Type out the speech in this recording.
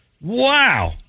Wow